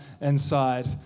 inside